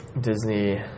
Disney